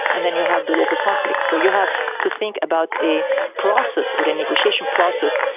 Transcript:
and then you have the local conflict. so you have to think about a process, or a negotiation process,